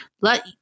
Let